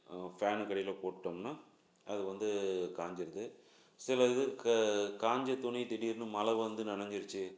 ஃபேனுக்கு அடியில் போட்டுவிட்டோம்னா அது வந்து காய்ஞ்சிருது சில இது க காய்ஞ்ச துணி திடீர்னு மழை வந்து நனைஞ்சிருச்சு